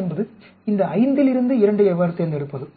என்பது இந்த 5 இல் இருந்து 2 ஐ எவ்வாறு தேர்ந்தெடுப்பது